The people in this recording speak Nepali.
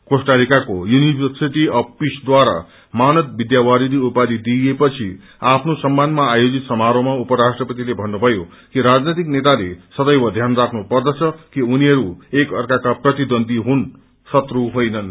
कोस्टारिकाको युनिभरसिदी अफ पिस बारा मानद डाक्टरेट उपाधि दिठएपछि आफनो सम्मानमज आयोजित समारोहमा उपराष्ट्रपतिले भन्नुभयो कि राजनैतिक नेताले सदैव ध्यान राख्नु पर्दछ कि उनीहरू एक अर्काका प्रतिद्वन्दी हुन् शन्न होइनन्